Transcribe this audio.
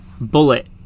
bullet